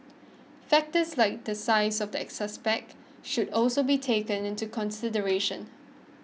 factors like the size of the suspect should also be taken into consideration